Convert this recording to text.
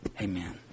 Amen